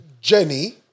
Jenny